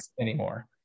anymore